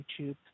YouTube